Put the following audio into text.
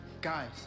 Guys